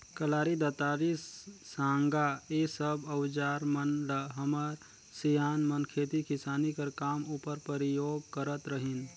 कलारी, दँतारी, साँगा ए सब अउजार मन ल हमर सियान मन खेती किसानी कर काम उपर परियोग करत रहिन